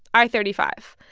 i thirty five.